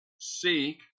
Seek